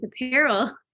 apparel